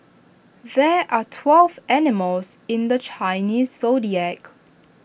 there are twelve animals in the Chinese Zodiac